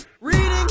Reading